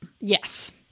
Yes